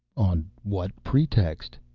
on what pretext?